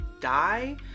die